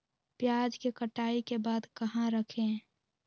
प्याज के कटाई के बाद कहा रखें?